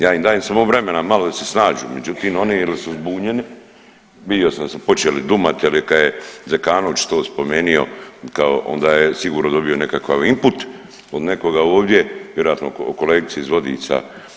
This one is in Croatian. Ja im dajem samo vremena malo da se snađu, međutim oni ili su zbunjeni, vidio sam da su počeli … kad je Zekanović to spomenuo onda je sigurno dobio nekakav imput od nekoga ovdje, vjerojatno kolegice iz Vodica.